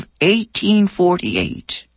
1848